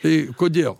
tai kodėl